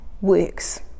works